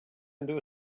into